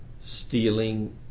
stealing